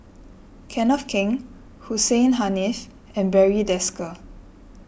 Kenneth Keng Hussein Haniff and Barry Desker